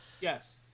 Yes